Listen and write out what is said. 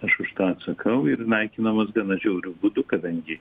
aš už tą atsakau ir naikinamos gana žiauriu būdu kadangi